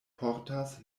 portas